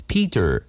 Peter